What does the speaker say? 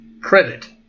credit